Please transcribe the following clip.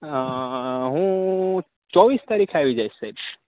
અ હું ચોવીસ તારીખે આવી જઈશ સાહેબ